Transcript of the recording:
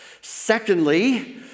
Secondly